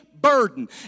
burden